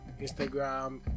instagram